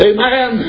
Amen